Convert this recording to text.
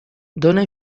dóna